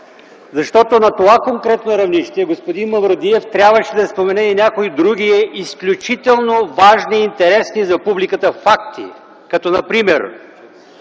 Защото на това конкретно равнище господин Мавродиев трябваше да спомене и някои други изключително важни и интересни за публиката факти, като например,